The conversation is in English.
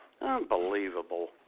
Unbelievable